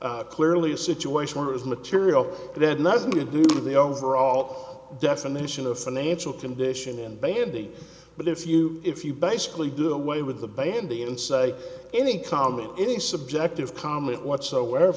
act clearly a situation where is material that had nothing to do to the overall definition of financial condition and baby but if you if you basically do away with the baby and say any comment any subjective comment whatsoever